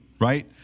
right